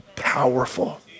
powerful